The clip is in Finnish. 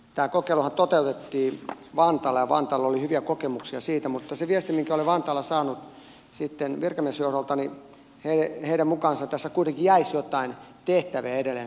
tämä kokeiluhan toteutettiin vantaalla ja vantaalla oli hyviä kokemuksia siitä mutta sen viestin olen vantaalla saanut virkamiesjohdolta että heidän mukaansa tässä kuitenkin jäisi jotain tehtäviä edelleen sosiaaliviranomaisille